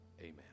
Amen